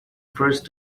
first